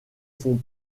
font